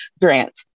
grant